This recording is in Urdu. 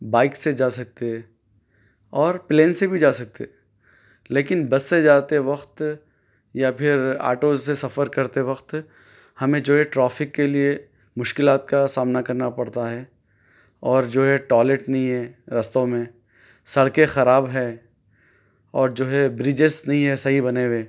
بائک سے جا سکتے ہیں اور پلین سے بھی جا سکتے لیکن بس سے جاتے وقت یا پھر آٹو سے سفر کرتے وقت ہمیں جو یہ ٹرافک کے لیے مشکلات کا سامنا کرنا پڑتا ہے اور جو یہ ٹوائلٹ نہیں ہے رستوں میں سڑکیں خراب ہیں اور جو ہے بریجز نہیں ہے صحیح بنے ہوئے